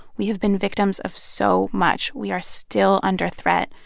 we have been victims of so much. we are still under threat.